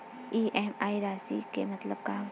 EMI राशि के मतलब का होथे?